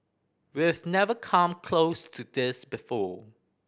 we've never come close to this before